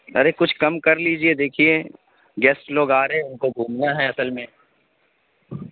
ارے کچھ کم کر لیجیے دیکھیے گیسٹ لوگ آ رہے ہیں اُن کو گھومنا ہے اصل میں